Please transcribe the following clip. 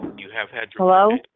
Hello